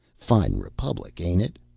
fine republic, ain't it?